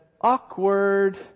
awkward